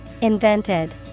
Invented